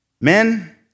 Men